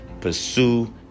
pursue